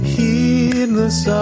Heedless